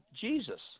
Jesus